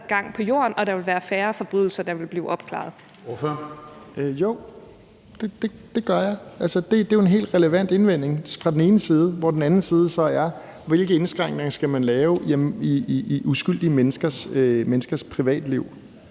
Hønge): Ordføreren. Kl. 19:32 Pelle Dragsted (EL): Jo, det gør jeg. Det er jo en helt relevant indvending fra den ene side, hvor den anden side så er, hvilke indskrænkninger man skal lave i uskyldige menneskers privatliv.